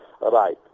Right